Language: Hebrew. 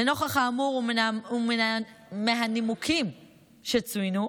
לנוכח האמור ומהנימוקים שצוינו,